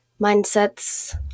mindsets